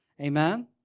Amen